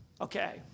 Okay